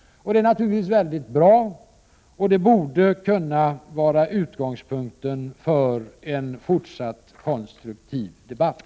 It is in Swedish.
Detta är naturligtvis mycket bra och borde kunna vara utgångspunkten för en fortsatt konstruktiv debatt.